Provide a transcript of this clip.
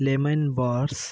lemon bars